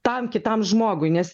tam kitam žmogui nes